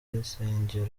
insengero